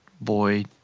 boy